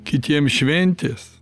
kitiem šventės